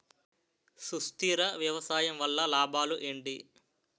సుస్థిర వ్యవసాయం వల్ల లాభాలు ఏంటి?